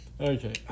okay